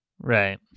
Right